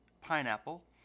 pineapple